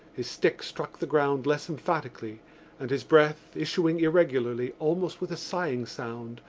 his stick struck the ground less emphatically and his breath, issuing irregularly, almost with a sighing sound,